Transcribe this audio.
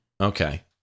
Okay